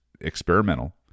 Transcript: experimental